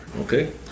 Okay